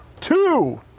two